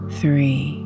three